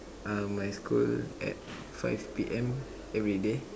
uh my school at five P M everyday